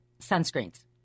sunscreens